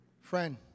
Friend